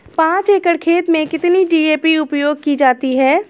पाँच एकड़ खेत में कितनी डी.ए.पी उपयोग की जाती है?